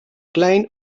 klein